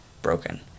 broken